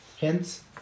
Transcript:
hence